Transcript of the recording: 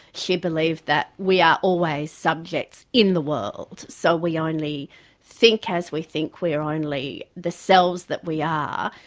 she believed that we are always subjects in the world. so we only think as we think, we're only the selves that we are,